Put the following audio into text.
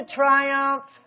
triumph